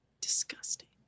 Disgusting